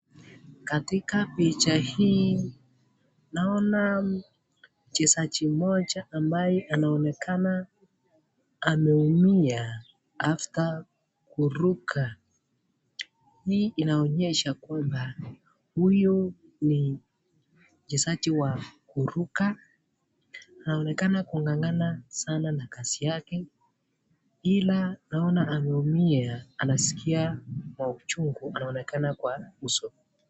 Katika picha hii naona mchezaji mmoja ambaye anaonekana ameumia after kuruka. Hii inaonyesha kwamba huyu ni mchezaji wa kuruka. Anaonekana ku ng'ang'ana sana na kazi yake ila naona ameumia anaskia kwa uchungu anaonekana kwa uso.